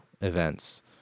events